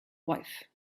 wife